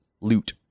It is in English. Loot